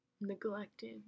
neglected